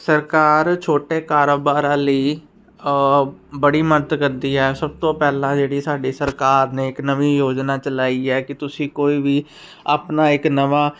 ਸਰਕਾਰ ਛੋਟੇ ਕਾਰੋਬਾਰਾ ਲਈ ਬੜੀ ਮੰਤ ਕਰਦੀ ਹੈ ਸਭ ਤੋਂ ਪਹਿਲਾਂ ਜਿਹੜੀ ਸਾਡੀ ਸਰਕਾਰ ਨੇ ਇੱਕ ਨਵੀਂ ਯੋਜਨਾ ਚਲਾਈ ਹੈ ਕਿ ਤੁਸੀਂ ਕੋਈ ਵੀ ਆਪਣਾ ਇੱਕ ਨਵਾਂ